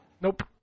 Nope